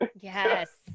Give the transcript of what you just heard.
Yes